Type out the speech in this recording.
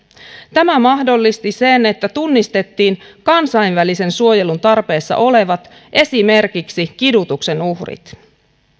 tämä mahdollisti sen että tunnistettiin kansainvälisen suojelun tarpeessa olevat esimerkiksi kidutuksen uhrit